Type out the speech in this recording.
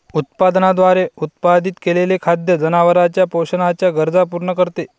उत्पादनाद्वारे उत्पादित केलेले खाद्य जनावरांच्या पोषणाच्या गरजा पूर्ण करते